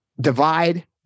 divide